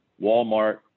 Walmart